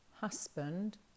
husband